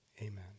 Amen